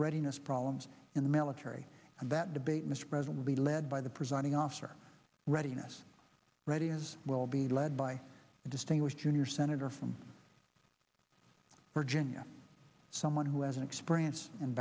readiness problems in the military and that debate mr president be led by the presiding officer readiness ready as well be led by a distinguished junior senator from virginia someone who has an experience